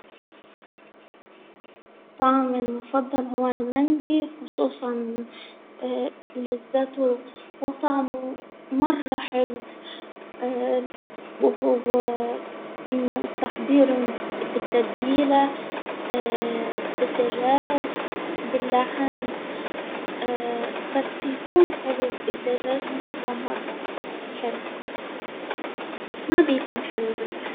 طبعمي المفضل هو المندي خصوصا لذتة وطعمه مرة حلو، وهو تحضيرة بالتتبيلة، بالدجاج ،باللحم، بس بيكون حلو بالدجاج مرة مرة حلو، ما بيكون حلو باللحم.